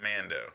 Mando